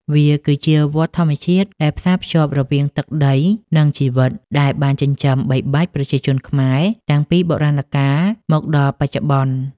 វាគឺជាវដ្តធម្មជាតិដែលផ្សារភ្ជាប់រវាងទឹក ដី និងជីវិត ដែលបានចិញ្ចឹមបីបាច់ប្រជាជនខ្មែរតាំងពីបុរាណកាលរហូតមកដល់បច្ចុប្បន្ន។